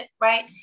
right